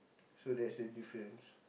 so that's the difference